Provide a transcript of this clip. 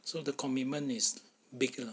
so the commitment is bigger